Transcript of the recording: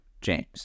James